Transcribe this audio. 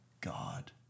God